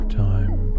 time